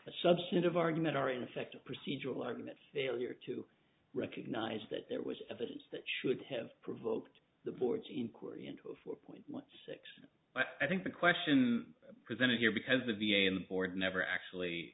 substantive argument or in effect a procedural argument failure to recognize that it was evidence that should have provoked the board's inquiry into a four point six i think the question presented here because the v a in board never actually